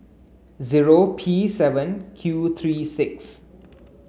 zero P seven Q three six